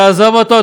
תעזוב אותו,